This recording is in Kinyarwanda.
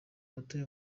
batuye